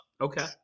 Okay